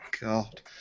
God